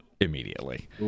immediately